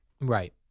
Right